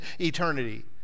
eternity